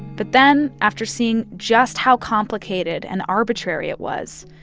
but then after seeing just how complicated and arbitrary it was,